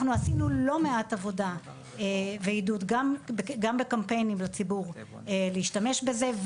אנחנו עשינו לא מעט עבודה ועידוד גם בקמפיינים לציבור להשתמש בזה,